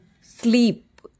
sleep